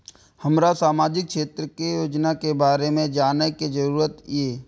हमरा सामाजिक क्षेत्र के योजना के बारे में जानय के जरुरत ये?